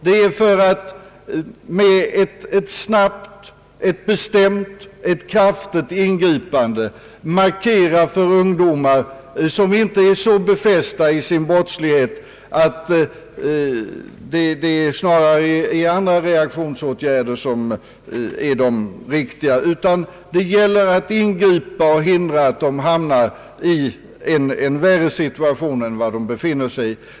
Vi vill att man med ett snabbt, bestämt och kraftigt ingripande skall markera för ungdomar, som inte är så befästa i sin brottslighet, att samhället inte tolererar brott. Det gäller att ingripa och hindra att dessa ungdomar hamnar i en än värre situation än den de befinner sig i.